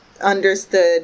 understood